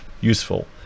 useful